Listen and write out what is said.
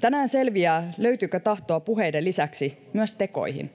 tänään selviää löytyykö tahtoa puheiden lisäksi myös tekoihin